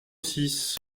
six